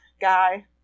guy